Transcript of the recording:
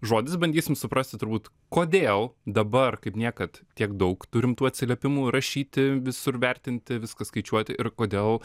žodis bandysim suprasti turbūt kodėl dabar kaip niekad tiek daug turim tų atsiliepimų rašyti visur vertinti viską skaičiuoti ir kodėl